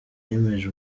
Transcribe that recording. yemeje